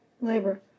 labor